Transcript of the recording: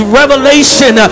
revelation